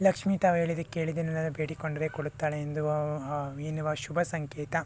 ಲಕ್ಷ್ಮೀ ತಾವು ಹೇಳಿದ್ದು ಕೇಳಿದ್ದನ್ನೆಲ್ಲ ಬೇಡಿಕೊಂಡರೆ ಕೊಡುತ್ತಾಳೆ ಎಂದು ಎನ್ನುವ ಶುಭ ಸಂಕೇತ